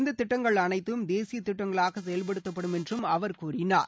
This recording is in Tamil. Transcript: இந்த திட்டங்கள் அனைத்தும் தேசிய திட்டங்களாக செயல்படுத்தப்படும் என்றும் அவர் கூறினார்